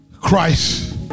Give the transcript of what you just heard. Christ